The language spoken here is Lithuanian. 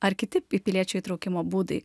ar kiti pi piliečių įtraukimo būdai